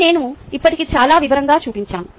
ఇది నేను ఇప్పటికే చాలా వివరంగా చూపించాను